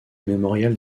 mémorial